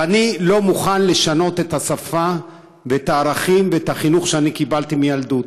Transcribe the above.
ואני לא מוכן לשנות את השפה ואת הערכים ואת החינוך שקיבלתי מילדות.